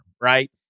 right